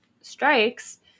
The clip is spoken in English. strikes